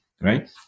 right